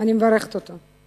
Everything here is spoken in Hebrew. אני מברכת אותו.